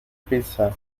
pizza